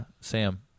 Sam